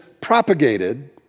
propagated